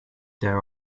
there